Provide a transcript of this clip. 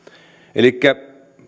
elikkä